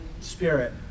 Spirit